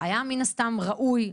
היה מין הסתם ראוי,